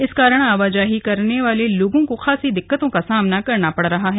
इस कारण आवाजाही करने वाले लोगों को खासी दिक्कतों का सामना पड़ रहा है